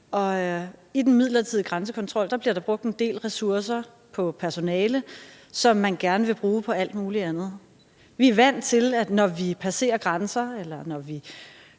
i den midlertidige grænsekontrol bliver der brugt en del ressourcer på personale, som man gerne vil bruge på alt muligt andet. Vi er vant til, at når vi passerer grænser, eller når vi